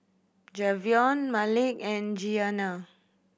Javion Malik and Giana